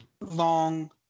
long